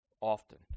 often